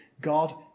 God